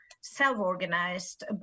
self-organized